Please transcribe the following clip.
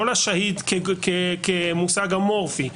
לא לשאהיד כמושג אמורפי,